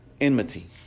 enmity